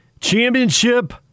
championship